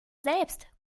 selbst